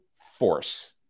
force